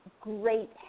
great